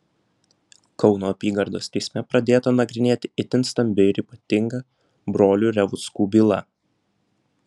kauno apygardos teisme pradėta nagrinėti itin stambi ir ypatinga brolių revuckų byla